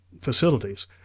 facilities